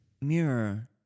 mirror